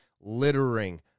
littering